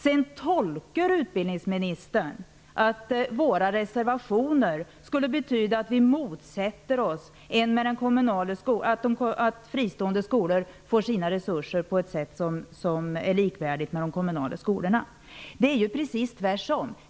Sedan ''tolkar'' utbildningsministern att våra reservationer skulle betyda att vi motsätter oss att fristående skolor får sina resurser på ett sätt som är likvärdigt det som gäller för de kommunala skolorna. Det är precis tvärtom.